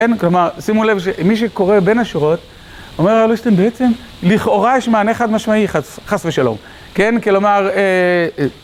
כלומר שימו לב שמי שקורא בין השורות, אומר הרב ליכטנשטיין, בעצם לכאורה יש מענה חד-משמעי, חס ושלום. כן, כלומר